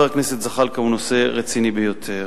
חבר הכנסת זחאלקה הוא נושא רציני ביותר.